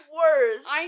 worse